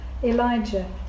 Elijah